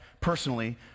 personally